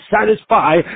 satisfy